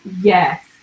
Yes